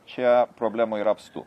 čia problemų yra apstu